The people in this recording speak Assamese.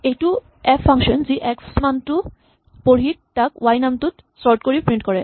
এইটো এফ ফাংচন যি এক্স মানটো পঢ়ি তাক ৱাই নামটোত চৰ্ট কৰি প্ৰিন্ট কৰে